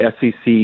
SEC